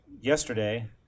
yesterday